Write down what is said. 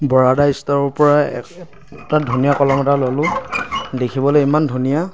বৰাদা ষ্ট'ৰৰ পৰা এটা ধুনীয়া কলম এটা ল'লো দেখিবলৈ ইমান ধুনীয়া